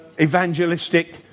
evangelistic